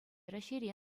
раҫҫейре